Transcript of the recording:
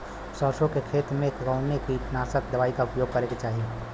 सरसों के खेत में कवने कीटनाशक दवाई क उपयोग करे के चाही?